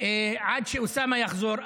עד שאוסאמה יחזור.